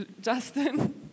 Justin